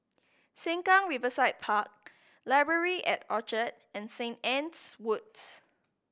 Sengkang Riverside Park Library at Orchard and Saint Anne's Woods